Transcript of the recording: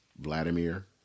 Vladimir